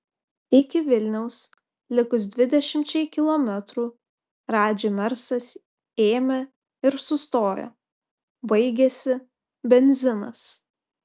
iki vilniaus likus dvidešimčiai kilometrų radži mersas ėmė ir sustojo baigėsi benzinas